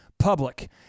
public